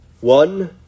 One